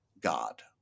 God